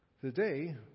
Today